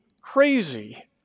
crazy